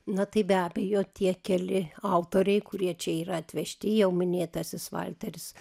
na tai be abejo tie keli autoriai kurie čia yra atvežti jau minėtasis valteris